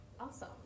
Awesome